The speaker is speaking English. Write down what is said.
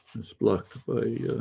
it's blocked by